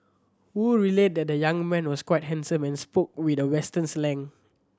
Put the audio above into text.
Wu relayed that the young man was quite handsome and spoke with a western slang